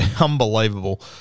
unbelievable